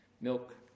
milk